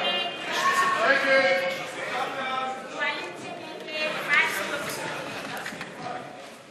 ההצעה להעביר לוועדה את הצעת חוק הבנקאות (שירות ללקוח)